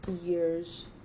years